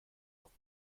auch